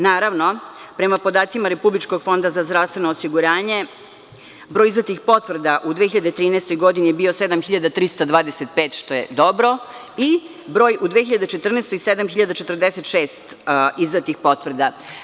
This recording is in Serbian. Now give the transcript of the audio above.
Naravno, prema podacima Republičkog fonda za zdravstveno osiguranje, broj izdatih potvrda u 2013. godini je bio 7.325, što je dobro, a u 2014. godini 7.046 izdatih potvrda.